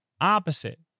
opposite